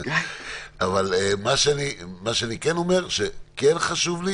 אבל מה שאני מה שאני כן אומר, שכן חשוב לי